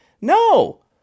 no